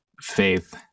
faith